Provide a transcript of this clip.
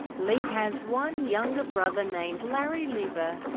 lee has one younger brother named larry lieber.